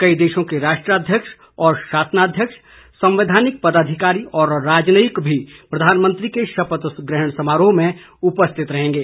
कई देशों के राष्ट्र अध्यक्ष और शासनाध्यक्ष संवैधानिक पदाधिकारी व राजनयिक भी प्रधानमंत्री के शपथ ग्रहण समारोह में उपस्थित रहेंगे